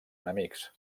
enemics